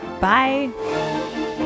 bye